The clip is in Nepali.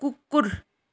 कुकुर